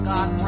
God